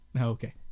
okay